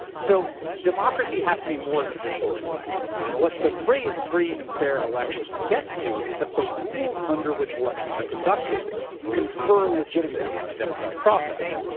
so democracy has to be more than just holding elections, and what the phrase free and fair elections gets to is that the rules under which elections are conducted confer legitimacy on a democratic process.